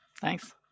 thanks